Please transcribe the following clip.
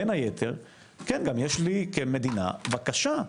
בין היתר כן, גם יש לי, כמדינה, בקשה.